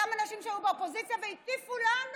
אותם אנשים שהיו באופוזיציה והטיפו לנו